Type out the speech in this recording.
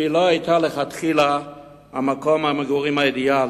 ומלכתחילה זה לא מקום המגורים האידיאלי.